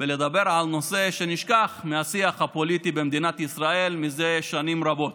בלדבר על נושא שנשכח מהשיח הפוליטי במדינת ישראל זה שנים רבות.